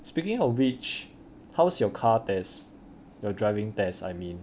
speaking of which how's your car test your driving test I mean